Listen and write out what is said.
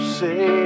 say